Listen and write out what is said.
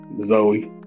Zoe